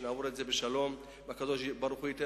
שנעבור את זה בשלום והקדוש-ברוך-הוא ייתן